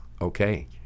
okay